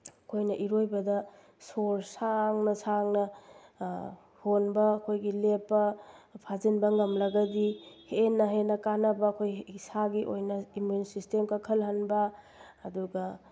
ꯑꯩꯈꯣꯏꯅ ꯏꯔꯣꯏꯕꯗ ꯁꯣꯔ ꯁꯥꯡꯅ ꯁꯥꯡꯅ ꯍꯣꯟꯕ ꯑꯩꯈꯣꯏꯒꯤ ꯂꯦꯞꯄ ꯐꯥꯖꯤꯟꯕ ꯉꯝꯂꯒꯗꯤ ꯍꯦꯟꯅ ꯍꯦꯟꯅ ꯀꯥꯟꯅꯕ ꯑꯩꯈꯣꯏ ꯏꯁꯥꯒꯤ ꯑꯣꯏꯅ ꯏꯃꯨꯟ ꯁꯤꯁꯇꯦꯝ ꯀꯟꯈꯠꯍꯟꯕ ꯑꯗꯨꯒ